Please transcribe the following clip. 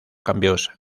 cambios